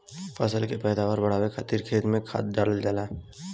फसल के पैदावार बढ़ावे खातिर खेत में खाद डालल जाला